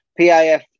PIF